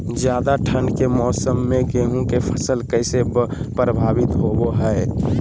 ज्यादा ठंड के मौसम में गेहूं के फसल कैसे प्रभावित होबो हय?